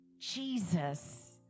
Jesus